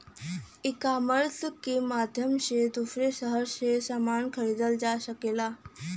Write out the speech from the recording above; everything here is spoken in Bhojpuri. ईकामर्स के माध्यम से दूसरे शहर से समान खरीदल जा सकला